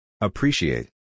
Appreciate